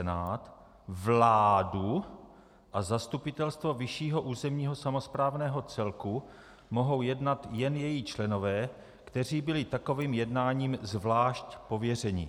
Za Senát, vládu a zastupitelstvo vyššího územního samosprávného celku mohou jednat jen její členové, kteří byli takovým jednáním zvlášť pověřeni...